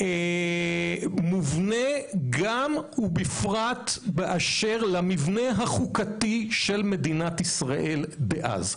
מובנה גם ובפרט באשר למבנה החוקתי של מדינת ישראל דאז.